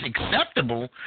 acceptable